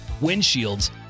windshields